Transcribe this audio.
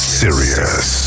serious